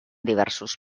diversos